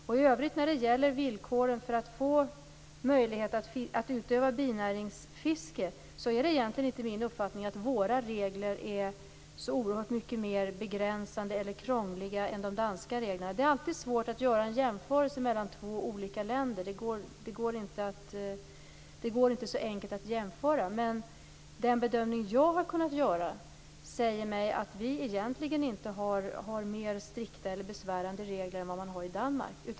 Vad i övrigt gäller villkoren för att få utöva binäringsfiske är det inte min uppfattning att våra regler är så oerhört mycket mer begränsande eller krångliga än de danska reglerna. Det är alltid svårt att göra en jämförelse mellan två olika länder. Det går inte så enkelt att göra. Den bedömning jag har kunnat göra säger mig att vi egentligen inte har mer strikta eller besvärande regler än vad man har i Danmark.